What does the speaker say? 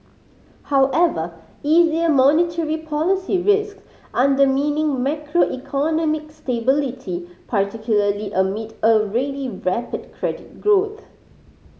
however easier monetary policy risks undermining macroeconomic stability particularly amid already rapid credit growth